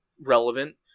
relevant